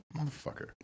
Motherfucker